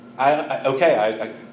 Okay